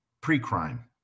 Pre-crime